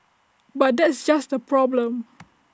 but that's just the problem